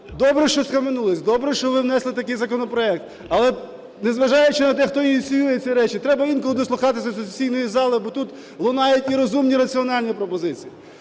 Добре, що схаменулись. Добре, що ви внесли такий законопроект. Але, незважаючи на те, хто ініціює ці речі, треба інколи дослухатись до сесійної зали, бо тут лунають і розумні раціональні пропозиції.